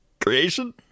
Creation